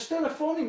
יש טלפונים,